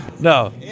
No